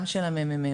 גם של הממ"מ,